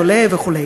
עולה וכו'.